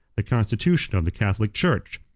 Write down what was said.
the constitution of the catholic church,